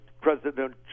President